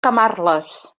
camarles